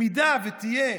אם תהיה